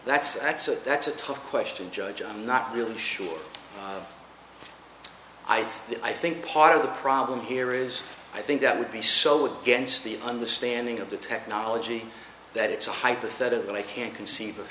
by that's axis that's a tough question judge on not really sure i mean i think part of the problem here is i think that would be so against the understanding of the technology that it's a hypothetical that i can't conceive of